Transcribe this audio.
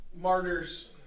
Martyrs